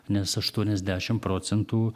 nes aštuoniasdešimt procentų